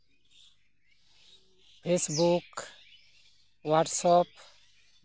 Facebook WhatsApp